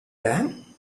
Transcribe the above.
dan